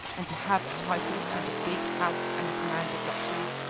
and to have a title, and a big house, and a command of luxuries!